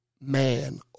man